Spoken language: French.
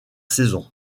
saison